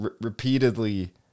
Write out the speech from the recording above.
repeatedly